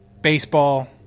baseball